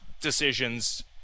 decisions